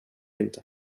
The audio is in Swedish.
inte